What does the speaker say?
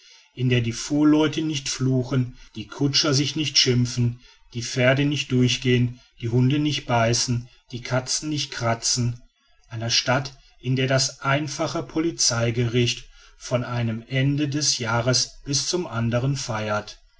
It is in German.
in der die fuhrleute nicht fluchen die kutscher sich nicht schimpfen die pferde nicht durchgehen die hunde nicht beißen und die katzen nicht kratzen eine stadt in der das einfache polizeigericht von einem ende des jahres bis zum anderen feiert